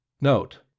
Note